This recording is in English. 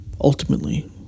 Ultimately